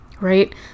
right